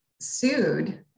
sued